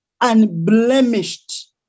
unblemished